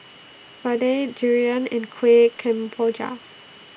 Vadai Durian and Kuih Kemboja